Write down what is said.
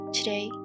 Today